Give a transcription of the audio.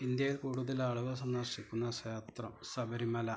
ഇന്ത്യയില് കൂടുതലാളുകൾ സന്ദര്ശിക്കുന്ന ക്ഷേത്രം ശബരിമല